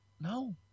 No